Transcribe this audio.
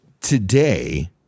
Today